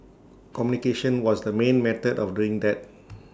communication was the main method of doing that